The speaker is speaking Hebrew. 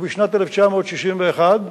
בשנת 1961,